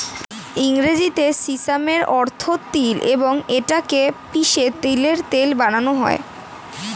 ইংরেজিতে সিসামের অর্থ তিল এবং এটা কে পিষে তিলের তেল বানানো হয়